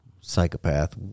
psychopath